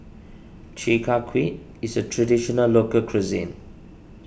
Chi Kak Kuih is a Traditional Local Cuisine